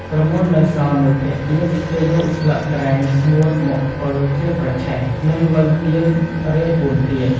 ក្រមួននៅសល់មួយភាគទៀត គេយកស្លឹកត្រែងស្ងួតមកធ្វើជាប្រឆេះ និងលញ់ទៀនរាយបួនទៀត។